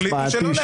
החליטו שלא.